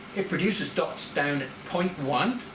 it produces dots down at point one